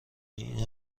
این